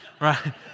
right